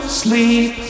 sleep